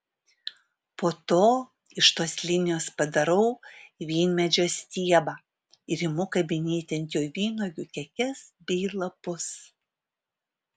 po to iš tos linijos padarau vynmedžio stiebą ir imu kabinėti ant jo vynuogių kekes bei lapus